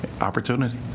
opportunity